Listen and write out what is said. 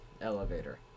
elevator